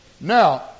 Now